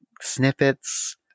snippets